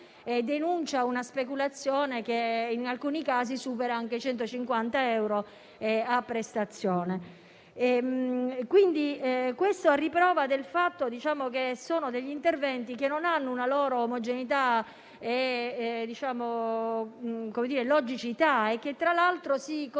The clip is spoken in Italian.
denuncia una speculazione, che in alcuni casi supera i 150 euro a prestazione. Questo a riprova del fatto che sono interventi che non hanno una loro omogeneità e logicità e tra l'altro si contrastano